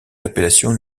l’appellation